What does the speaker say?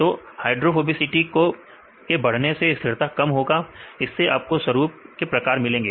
तो हाइड्रोफोबिसिटी के बढ़ने से स्थिरता कम होगा इससे आपको स्वरूप के प्रकार मिलेंगे